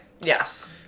Yes